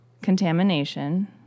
Contamination